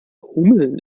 hummeln